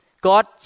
God